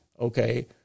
Okay